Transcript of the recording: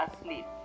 asleep